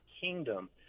kingdom